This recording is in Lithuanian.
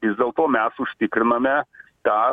vis dėl to mes užtikriname tą